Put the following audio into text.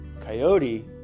Coyote